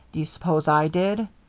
do you suppose i did?